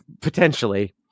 potentially